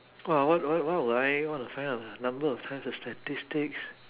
!wah! what what what would I want to find out number of times the statistics